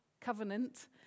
covenant